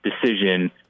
decision